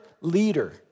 leader